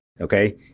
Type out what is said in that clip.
Okay